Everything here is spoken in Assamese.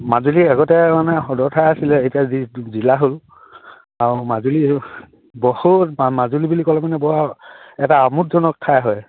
মাজুলী আগতে মানে সদৰ ঠাই আছিলে এতিয়া জিলা হ'ল আৰু মাজুলী বহুত মাজুলী বুলি ক'লে মানে বৰ এটা আমোদজনক ঠাই হয়